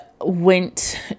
went